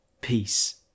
Peace